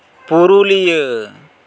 Purulia